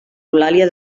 eulàlia